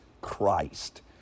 Christ